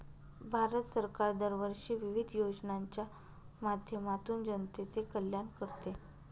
भारत सरकार दरवर्षी विविध योजनांच्या माध्यमातून जनतेचे कल्याण करते